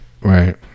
Right